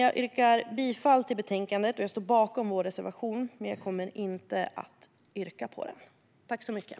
Jag yrkar bifall till utskottets förslag till beslut och står bakom vår reservation, men jag kommer inte att yrka bifall till den.